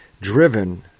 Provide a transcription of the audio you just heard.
driven